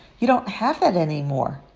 you don't have that anymore.